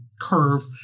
curve